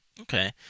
Okay